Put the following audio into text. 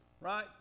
right